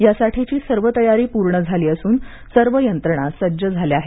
यासाठीची सर्व तयारी पूर्ण झाली असून सर्व यंत्रणा सज्ज झाल्या आहेत